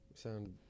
sound